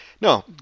No